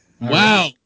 Wow